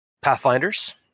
Pathfinders